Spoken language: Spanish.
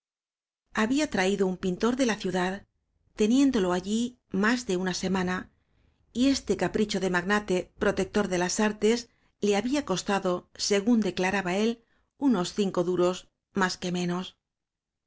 había traído un pintor de la ciudad teniéndo lo allí más de una semana y este capricho ele magnate protector de las artes le había cos tado según declaraba él unos cinco duros más que menos